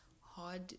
hard